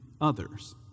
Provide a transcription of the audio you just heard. others